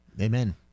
Amen